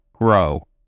grow